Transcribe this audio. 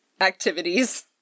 activities